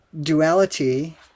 duality